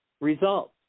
results